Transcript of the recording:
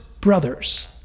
brothers